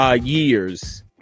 years